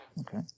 Okay